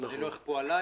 שלא יכפו עלי